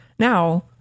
Now